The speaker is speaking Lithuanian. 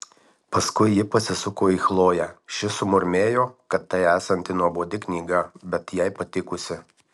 paskui ji pasisuko į chloję ši sumurmėjo kad tai esanti nuobodi knyga bet jai patikusi